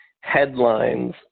headlines